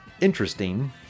interesting